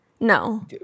No